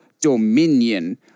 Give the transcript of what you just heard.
Dominion